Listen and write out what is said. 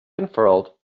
unfurled